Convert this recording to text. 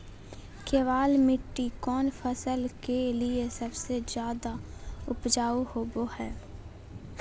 केबाल मिट्टी कौन फसल के लिए सबसे ज्यादा उपजाऊ होबो हय?